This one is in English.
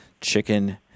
chicken